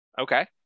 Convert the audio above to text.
Okay